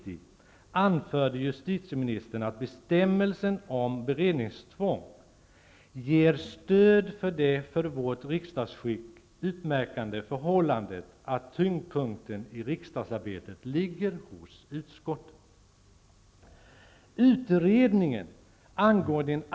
I anförde justitieministern att bestämmelsen om beredningstvång ''ger stöd för det för vårt riksdagsskick utmärkande förhållandet att tyngdpunkten i riksdagsarbetet ligger hos utskotten''.